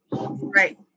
Right